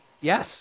Yes